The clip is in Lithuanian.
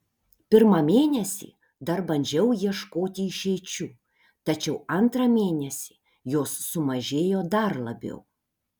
pirmą mėnesį dar bandžiau ieškoti išeičių tačiau antrą mėnesį jos sumažėjo dar labiau